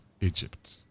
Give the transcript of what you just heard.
Egypt